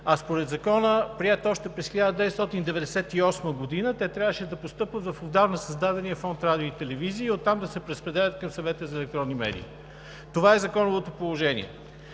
според Закона, приет още през 1998 г., те трябваше да постъпват в отдавна създадения Фонд „Радио и телевизия“ и оттам да се преразпределят към Съвета за електронни медии. Това е законовото положение.